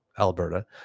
Alberta